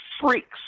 freaks